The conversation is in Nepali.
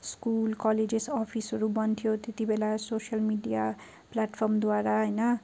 स्कुल कलेजस अफिसहरू बन्द थियो त्यति बेला सोसल मिडिया प्लेटफर्मद्वारा होइन